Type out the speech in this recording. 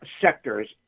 sectors